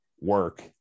work